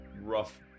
rough